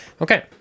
Okay